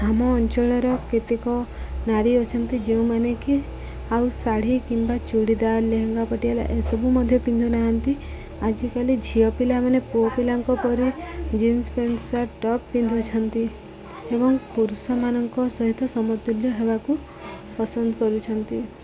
ଆମ ଅଞ୍ଚଳର କେତେକ ନାରୀ ଅଛନ୍ତି ଯେଉଁମାନେ କି ଆଉ ଶାଢ଼ୀ କିମ୍ବା ଚୁଡ଼ିଦାର୍ ଲେହେଙ୍ଗା ପଟିଆଲା ଏସବୁ ମଧ୍ୟ ପିନ୍ଧୁନାହାନ୍ତି ଆଜିକାଲି ଝିଅ ପିଲାମାନେ ପୁଅ ପିଲାଙ୍କ ପରି ଜିନ୍ସ ପ୍ୟାଣ୍ଟ ସାର୍ଟ ଟପ୍ ପିନ୍ଧୁଛନ୍ତି ଏବଂ ପୁରୁଷମାନଙ୍କ ସହିତ ସମତୁଲ୍ୟ ହେବାକୁ ପସନ୍ଦ କରୁଛନ୍ତି